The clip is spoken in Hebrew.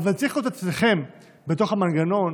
אבל צריכה להיות אצלכם בתוך המנגנון